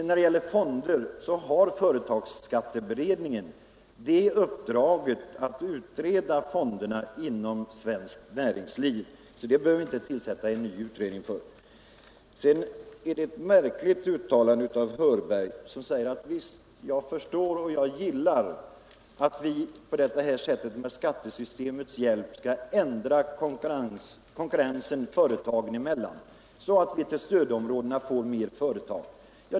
När det gäller fonderna har företagsskatteberedningen i uppdrag att utreda frågan om fonderna inom svenskt näringsliv, och för det ändamålet behöver vi alltså inte tillsätta någon ny utredning. Herr Hörberg gör ett märkligt uttalande när han säger sig gilla att vi med skattesystemets hjälp ändrar konkurrensförhållandena företagen emellan, så att vi till stödområdena får fler företag.